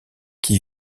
qui